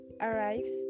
arrives